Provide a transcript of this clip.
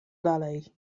dalej